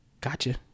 Gotcha